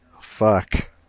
fuck